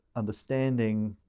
understanding